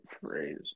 phrase